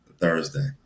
Thursday